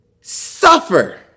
suffer